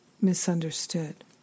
misunderstood